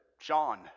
Sean